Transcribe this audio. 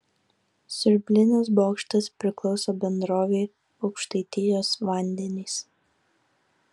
siurblinės bokštas priklauso bendrovei aukštaitijos vandenys